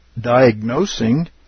diagnosing